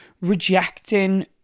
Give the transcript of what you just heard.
rejecting